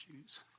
shoes